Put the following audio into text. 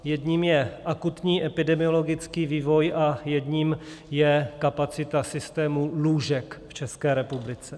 Jedním je akutní epidemiologický vývoj a jedním je kapacita systému lůžek v České republice.